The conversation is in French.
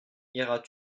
iras